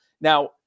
Now